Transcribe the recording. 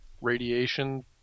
radiation